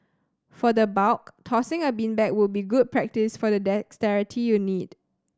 for the bulk tossing a beanbag would be good practice for the dexterity you'll need